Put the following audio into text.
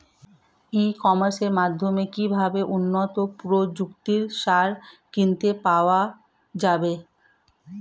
ই কমার্সের মাধ্যমে কিভাবে উন্নত প্রযুক্তির সার কিনতে পাওয়া যাবে?